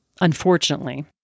unfortunately